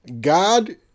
God